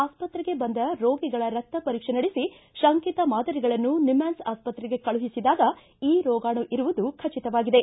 ಆಸ್ಪತ್ರೆಗೆ ಬಂದ ರೋಗಿಗಳ ರಕ್ತ ಪರೀಕ್ಷೆ ನಡೆಸಿ ಶಂಕಿತ ಮಾದರಿಗಳನ್ನು ನಿಮಾನ್ಸ್ ಆಸ್ಪತ್ರೆಗೆ ಕಳುಹಿಸಿದಾಗ ಈ ರೋಗಾಣು ಇರುವುದು ಖಚಿತವಾಗಿದೆ